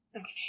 okay